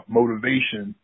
motivation